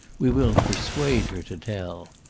we will persuade her to tell.